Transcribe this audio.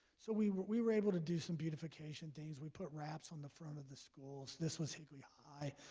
so we were we were able to do some beautification things we put raps on the front of the schools. this was higley high.